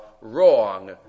wrong